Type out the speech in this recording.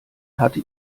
hatte